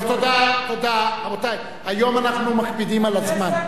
טוב, תודה, רבותי, היום אנחנו מקפידים על הזמן.